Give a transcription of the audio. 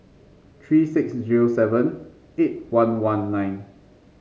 three six zero seven eight one one nine